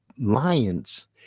Lions